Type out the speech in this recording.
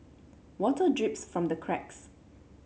water drips from the cracks